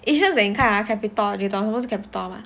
it's just 你看 ah capitol 你懂什么是 capitol mah